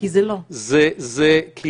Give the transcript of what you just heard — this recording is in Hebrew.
כי זה לא.